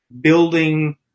building